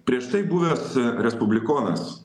prieš tai buvęs respublikonas